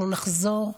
אנחנו נחזור,